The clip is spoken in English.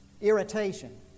irritation